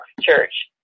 Church